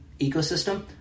ecosystem